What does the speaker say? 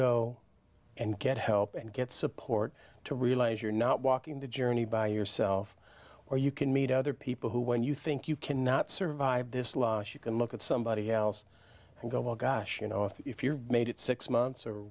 go and get help and get support to realize you're not walking the journey by yourself or you can meet other people who when you think you cannot survive this loss you can look at somebody else and go oh gosh you know if you made it six months or